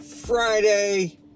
Friday